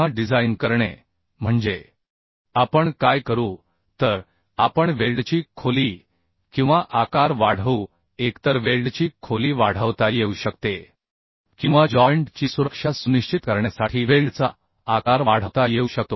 पुन्हा डिझाइन करणे म्हणजे आपण काय करू तर आपण वेल्डची खोली किंवा आकार वाढवू एकतर वेल्डची खोली वाढवता येऊ शकते किंवा जॉइंट ची सुरक्षा सुनिश्चित करण्यासाठी वेल्डचा आकार वाढवता येऊ शकतो